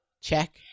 check